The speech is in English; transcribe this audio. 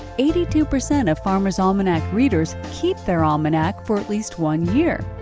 eighty-two percent of farmers' almanac readers keep their almanac for at least one year,